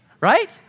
right